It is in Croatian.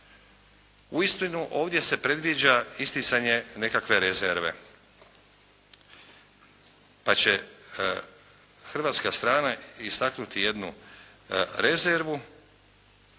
Uistinu, ovdje se predviđa isticanje nekakve rezerve, pa će hrvatska strana istaknuti jednu rezervu